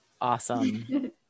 Awesome